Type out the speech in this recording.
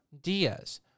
Diaz